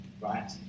right